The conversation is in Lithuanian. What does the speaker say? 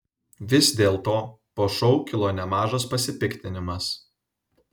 vis dėlto po šou kilo nemažas pasipiktinimas